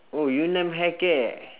oh yun nam hair care